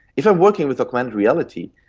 if i'm working with augmented reality,